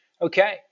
Okay